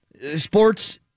Sports